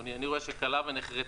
אדוני, בסוף קובע, זה ברור לגמרי.